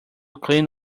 clean